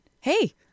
hey